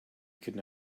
could